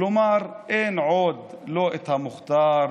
כלומר אין עוד לא המוכתר,